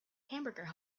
hamburger